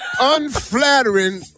unflattering